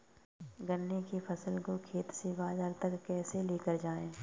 गन्ने की फसल को खेत से बाजार तक कैसे लेकर जाएँ?